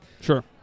Sure